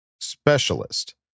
specialist